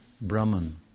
Brahman